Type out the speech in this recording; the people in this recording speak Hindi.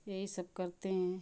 यही सब करते हैं